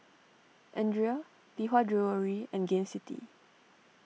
Andre Lee Hwa Jewellery and Gain City